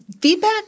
feedback –